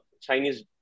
Chinese